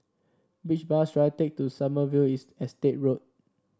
which bus should I take to Sommerville Estate Road